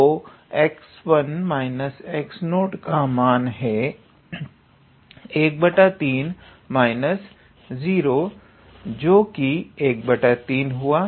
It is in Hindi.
तो 𝑥1 − 𝑥0 का मान है 13 − 0 जो कि 13 हुआ